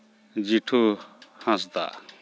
Jethu Hansda